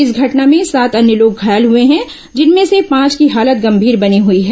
इस घटना में सात अन्य लोग घायल हुए हैं जिनमें से पांच की हालत गंभीर बनी हुई है